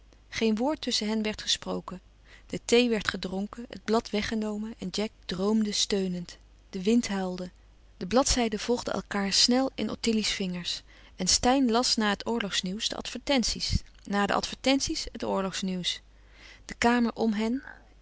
geen woord tusschen hen werd gesproken de thee werd gedronken het blad weggenomen en jack droomde steunend de wind huilde de bladzijden volgden elkaâr snel in ottilie's vingers en steyn las na het oorlogsnieuws de advertenties na de advertenties het oorlogsnieuws de kamer om hen